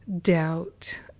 doubt